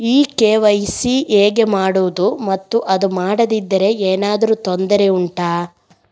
ಈ ಕೆ.ವೈ.ಸಿ ಹೇಗೆ ಮಾಡುವುದು ಮತ್ತು ಅದು ಮಾಡದಿದ್ದರೆ ಏನಾದರೂ ತೊಂದರೆ ಉಂಟಾ